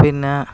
പിന്നെ